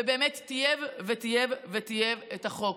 ובאמת טייב וטייב וטייב את החוק.